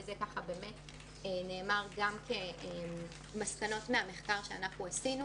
זה נאמר גם כמסקנות מהמחקר שאנחנו עשינו